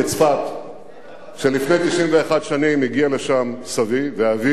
בצפת שלפני 91 שנים הגיעו לשם סבי ואבי.